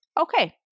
Okay